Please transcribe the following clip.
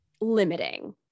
limiting